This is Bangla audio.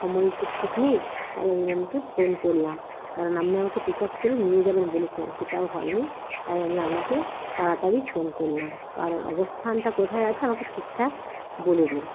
সময়ের তো ঠিক নেই তাই আমি আপনাকে ফোন করলাম কারণ আপনি আমাকে পিক আপ করে নিয়ে যাবেন বলেছিলেন সেটাও হয়নি তাই আমি আপনাকে তাড়াতাড়ি ফোন করলাম কারণ অবস্থানটা কোথায় আছে আমাকে ঠিকঠাক বলে দিন